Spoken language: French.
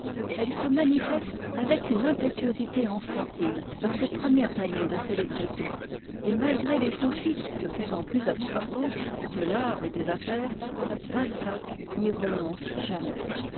elles se manifestent avec une impétuosité enfantine dans ses premières années de célébrité et malgré les soucis de plus en plus absorbants de l'art et des affaires balzac n'y renonce jamais